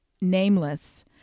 nameless